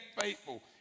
faithful